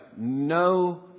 no